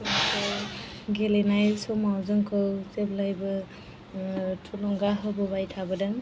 जोंखौ गेलेनाय समाव जोंखौ जेब्लाबो थुलुंगा होबोबाय थाबोदों